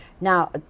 Now